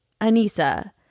Anissa